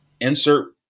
insert